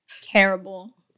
Terrible